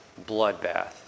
bloodbath